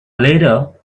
later